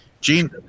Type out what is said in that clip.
Gene